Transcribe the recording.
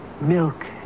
milk